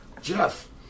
Jeff